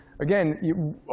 again